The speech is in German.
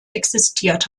existiert